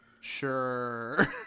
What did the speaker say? Sure